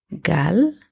Gal